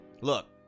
Look